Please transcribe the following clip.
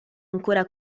ancora